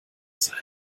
sein